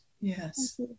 Yes